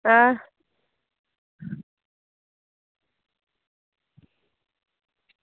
आं